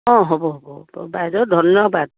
অঁ হ'ব হ'ব বাইদেউ ধন্যবাদ